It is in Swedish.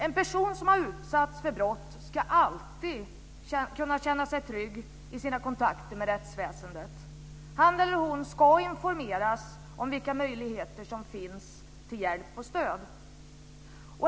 En person som har utsatts för brott ska alltid kunna känna sig trygg i sina kontakter med rättsväsendet. Han eller hon ska informeras om vilka möjligheter som finns till hjälp och stöd.